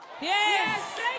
Yes